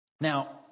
Now